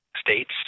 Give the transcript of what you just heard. States